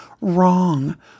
wrong